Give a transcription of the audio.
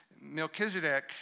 Melchizedek